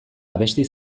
abesti